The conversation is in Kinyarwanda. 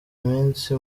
iminsi